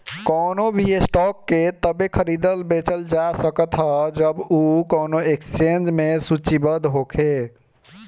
कवनो भी स्टॉक के तबे खरीदल बेचल जा सकत ह जब उ कवनो एक्सचेंज में सूचीबद्ध होखे